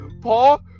Paul